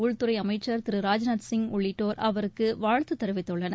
உள்துறை அமைச்சர் திரு ராஜ்நாத் சிங் உள்ளிட்டோர் அவருக்கு வாழ்த்து தெரிவித்துள்ளனர்